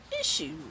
issue